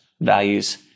values